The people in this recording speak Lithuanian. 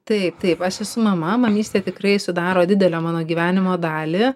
taip taip aš esu mama mamystė tikrai sudaro didelę mano gyvenimo dalį